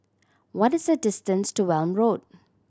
what is the distance to Welm Road